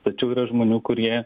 tačiau yra žmonių kurie